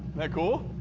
that cool?